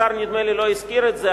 השר לא הזכיר את זה,